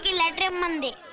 like him and